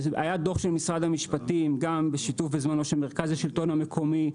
היה דוח של משרד המשפטים גם בשיתוף בזמנו עם מרכז השלטון המקומי,